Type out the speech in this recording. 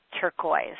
turquoise